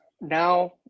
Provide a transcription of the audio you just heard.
Now